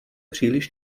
příliš